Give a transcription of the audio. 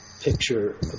picture